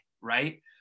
right